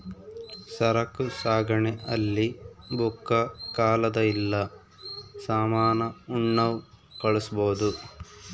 ಸರಕು ಸಾಗಣೆ ಅಲ್ಲಿ ಬುಕ್ಕ ಕಾಗದ ಇಲ್ಲ ಸಾಮಾನ ಉಣ್ಣವ್ ಕಳ್ಸ್ಬೊದು